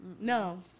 No